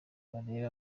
barebe